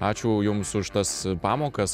ačiū jums už tas pamokas